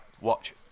watch